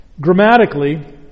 Grammatically